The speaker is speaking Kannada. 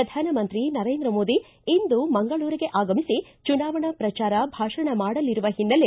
ಪ್ರಧಾನಮಂತ್ರಿ ನರೇಂದ್ರ ಮೋದಿ ಇಂದು ಮಂಗಳೂರಿಗೆ ಆಗಮಿಸಿ ಚುನಾವಣಾ ಪ್ರಜಾರ ಭಾಷಣ ಮಾಡಲಿರುವ ಹಿನ್ನೆಲೆ